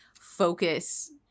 focus